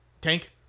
Tank